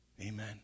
Amen